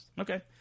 Okay